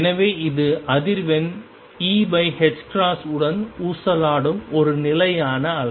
எனவே இது அதிர்வெண் E உடன் ஊசலாடும் ஒரு நிலையான அலை